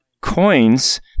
coins